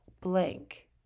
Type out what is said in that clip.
blank